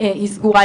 היא סגורה,